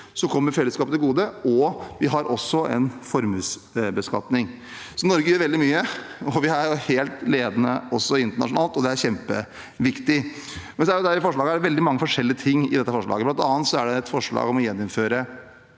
som kommer fellesskapet til gode, og også har formuesbeskatning. Så Norge gjør veldig mye og er helt ledende også internasjonalt, og det er kjempeviktig. Det er veldig mange forskjellige ting i dette forslaget. Blant annet er det et forslag om å gjeninnføre